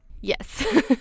Yes